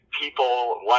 people